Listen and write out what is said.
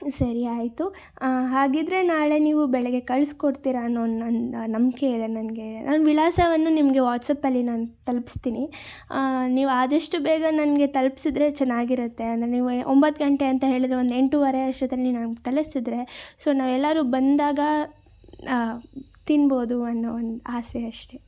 ಸರಿ ಆಯಿತು ಹಾಗಿದ್ದರೆ ನಾಳೆ ನೀವು ಬೆಳಗ್ಗೆ ಕಳಿಸ್ಕೊಡ್ತೀರ ಅನ್ನೋ ಒಂದು ನಂದು ಆ ನಂಬಿಕೆ ಇದೆ ನನ್ಗೆ ನನ್ನ ವಿಳಾಸವನ್ನು ನಿಮಗೆ ವಾಟ್ಸಪ್ಪಲ್ಲಿ ನಾನು ತಲುಪಿಸ್ತೀನಿ ನೀವು ಆದಷ್ಟು ಬೇಗ ನನಗೆ ತಲುಪ್ಸಿದ್ರೆ ಚೆನ್ನಾಗಿರುತ್ತೆ ಅಂದರೆ ನೀವು ಎ ಒಂಬತ್ತು ಗಂಟೆ ಅಂತ ಹೇಳಿದ್ರೆ ಒಂದು ಎಂಟೂವರೆ ಅಷ್ಟೊತ್ತಲ್ಲಿ ನಮ್ಗೆ ತಲುಪಿಸಿದ್ರೆ ಸೊ ನಾವೆಲ್ಲರು ಬಂದಾಗ ತಿನ್ಬೋದು ಅನ್ನೋ ಒಂದು ಆಸೆ ಅಷ್ಟೇ